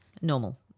normal